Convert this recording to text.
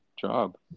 job